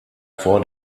vor